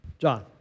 John